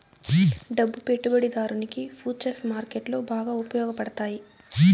డబ్బు పెట్టుబడిదారునికి ఫుచర్స్ మార్కెట్లో బాగా ఉపయోగపడతాయి